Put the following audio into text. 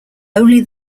only